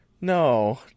no